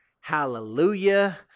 hallelujah